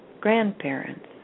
grandparents